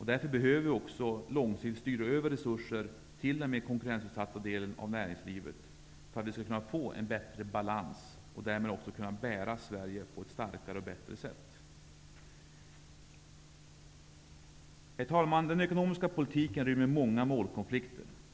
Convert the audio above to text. Därför behöver vi långsiktigt styra över resurser till den mer konkurrensutsatta delen av näringslivet så att vi får en bättre balans och därmed kan bära Sverige på ett bättre och starkare sätt. Herr talman! Den ekonomiska politiken rymmer många målkonflikter.